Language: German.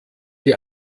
die